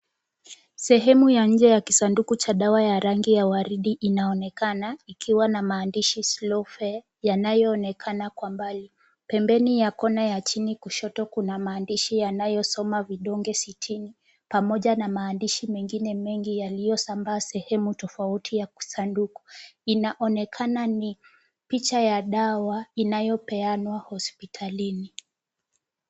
Sehemu ya nje ya kisanduku cha dawa ya rangi ya waridi inaonekana, ikiwa na maandishi slow fare yanayoonekana kwa mbali, pembeni ya kona ya chini kushoto kuna maandishi yanayosoma 'Vidonge 60' pamoja na maandishi mengine mengi yaliyosambaa sehemu tofauti ya kusanduku, inaonekana ni picha ya dawa inayopeanwa hospitalini.